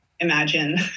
imagine